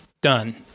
done